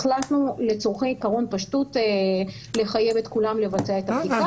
החלטנו לצרכי עיקרון הפשטות לחייב את כולם לבצע את הבדיקה.